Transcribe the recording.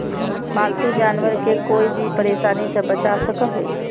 पालतू जानवर के कोय भी परेशानी से बचा सको हइ